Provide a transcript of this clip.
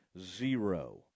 zero